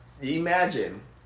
imagine